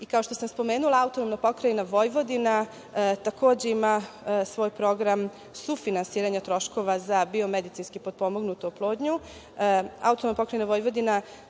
što sam spomenula, AP Vojvodina takođe ima svoj program sufinansiranja troškova za biomedicinski potpomognutu oplodnju,